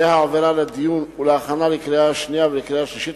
שאליה עבר הדיון להכנה לקריאה שנייה ולקריאה שלישית